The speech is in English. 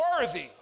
worthy